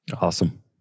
awesome